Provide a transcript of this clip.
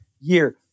year